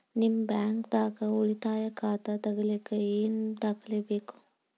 ನಿಮ್ಮ ಬ್ಯಾಂಕ್ ದಾಗ್ ಉಳಿತಾಯ ಖಾತಾ ತೆಗಿಲಿಕ್ಕೆ ಏನ್ ದಾಖಲೆ ಬೇಕು?